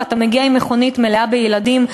ואתה מגיע עם מכונית מלאה בילדים,